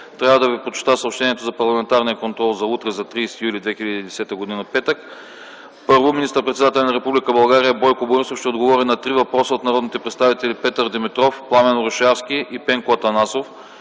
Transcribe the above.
трябва да ви прочета съобщението за парламентарния контрол за утре, 30 юли 2010 г., петък. 1. Министър-председателят на Република България Бойко Борисов ще отговори на три въпроса от народните представители Петър Димитров и Пламен Орешарски; и Пенко Атанасов;